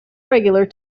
regular